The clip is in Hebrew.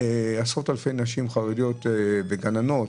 עשרות אלפי נשים חרדיות הן מורות וגננות